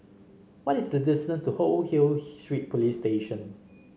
what is the distance to Old Hill Street Police Station